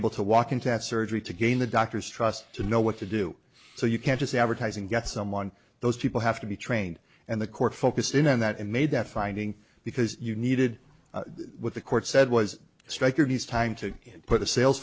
able to walk into that surgery to gain the doctor's trust to know what to do so you can't just advertising get someone those people have to be trained and the court focused in on that and made that finding because you needed what the court said was stryker needs time to put a sales